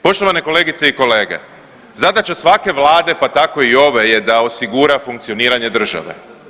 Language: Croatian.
Poštovane kolegice i kolege, zadaća svake vlade pa tako i ove je da osigura funkcioniranje države.